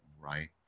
right